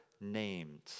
named